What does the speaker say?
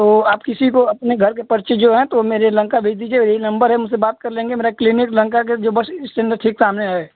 तो आप किसी को अपने घर के परिचित जो हैं तो वह मेरे लंका भेज दीजिए और यही नंबर है मुझसे बात कर लेंगे मेरा क्लिनिक लंका के जो बस इस्टैंड ठीक सामने है